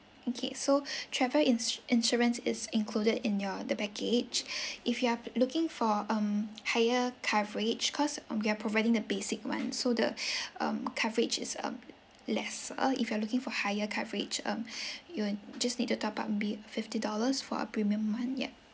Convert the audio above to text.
okay so travel ins~ insurance is included in your the package if you are looking for um higher coverage cause um we are providing the basic [one] so the um coverage is um lesser if you are looking for higher coverage um you'll just need to top up maybe fifty dollars for a premium [one] yeah